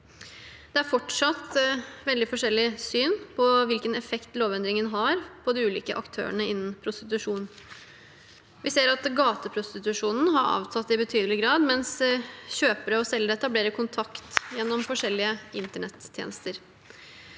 Det er fortsatt veldig forskjellige syn på hvilken effekt lovendringen har på de ulike aktørene innen prostitusjon. Vi ser at gateprostitusjonen har avtatt i betydelig grad, men kjøpere og selgere etablerer kontakt gjennom forskjellige internettjenester.